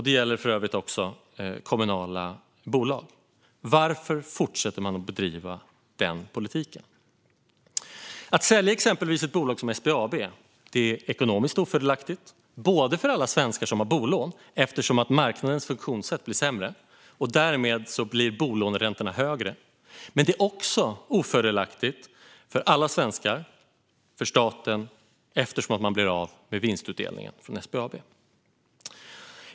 Det gäller för övrigt även kommunala bolag. Varför fortsätter man då att bedriva den politiken? Att sälja exempelvis ett bolag som SBAB är ekonomiskt ofördelaktigt. Det är ofördelaktigt för alla svenskar som har bolån, eftersom marknadens funktionssätt blir sämre och bolåneräntorna därmed blir högre. Men det är också ofördelaktigt för staten och därmed alla svenskar, eftersom man blir av med vinstutdelningen från SBAB.